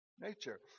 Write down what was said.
nature